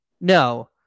No